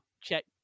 Check